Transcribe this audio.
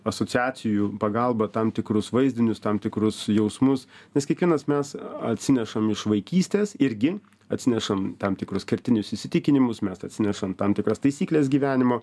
asociacijų pagalba tam tikrus vaizdinius tam tikrus jausmus nes kiekvienas mes atsinešam iš vaikystės irgi atsinešam tam tikrus kertinius įsitikinimus mes atsinešam tam tikras taisykles gyvenimo